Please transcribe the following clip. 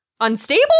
unstable